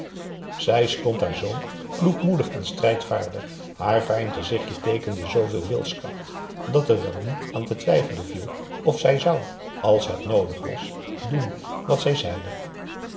zij stond daar zoo kloekmoedig en strijdvaardig haar fijn gezichtje teekende zooveel wilskracht dat er wel niet aan te twijfelen viel of zij zou als het noodig was doen wat zij zeide